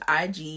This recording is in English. IG